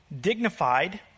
dignified